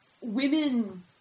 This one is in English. women